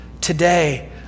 today